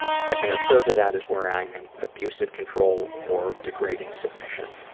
second or third to that is where i'm in abusive control or degraded submission.